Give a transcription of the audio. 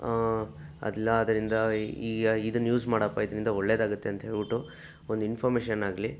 ಎಲ್ಲದ್ರಿಂದ ಈ ಇದನ್ನು ಯೂಸ್ ಮಾಡೋ ಪ್ರಯತ್ನದಿಂದ ಒಳ್ಳೆಯದಾಗತ್ತೆ ಅಂತ ಹೇಳ್ಬಿಟ್ಟು ಒಂದು ಇನ್ಫರ್ಮೇಷನ್ ಆಗಲಿ